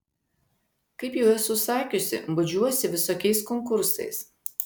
kaip jau esu sakiusi bodžiuosi visokiais konkursais